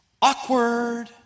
Awkward